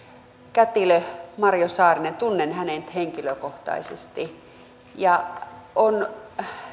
kätilö marjo saarisen tunnen henkilökohtaisesti ja on